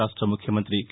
రాష్ట్ర ముఖ్యమంతి కె